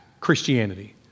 Christianity